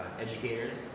educators